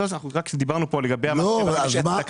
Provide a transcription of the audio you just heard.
אנחנו דיברנו פה לגבי מס שבח,